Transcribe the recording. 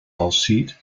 aussieht